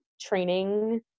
training